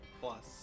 plus